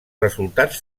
resultats